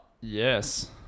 yes